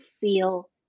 feel